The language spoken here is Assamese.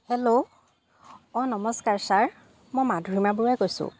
হেল্ল' অঁ নমস্কাৰ ছাৰ মই মাধুৰিমা বৰুৱাই কৈছোঁ